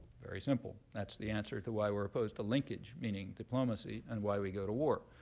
very simple. that's the answer to why we're opposed to linkage, meaning diplomacy, and why we go to war.